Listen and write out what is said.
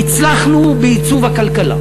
הצלחנו בעיצוב הכלכלה,